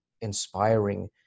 inspiring